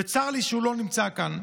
וצר לי שהוא לא נמצא כאן.